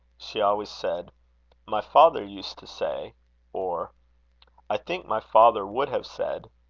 she always said my father used to say or i think my father would have said